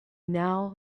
now